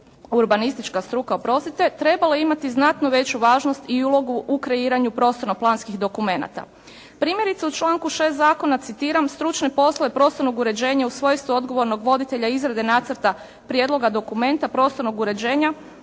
urbanistička struka, oprostite, trebale imati znatno veću važnost i ulogu u kreiranju prostorno-planskih dokumenata. Primjerice u članku 6. zakona, citiram: «Stručne poslove prostornog uređenja u svojstvu odgovornog voditelja izrade nacrta prijedloga dokumenta, prostornog uređenja